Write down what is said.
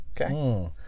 Okay